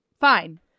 fine